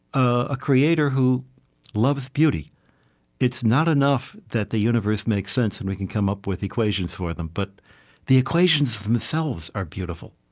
a creator who loves beauty it's not enough that the universe makes sense and we can come up with equations for them, but the equations themselves are beautiful.